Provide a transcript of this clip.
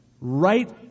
right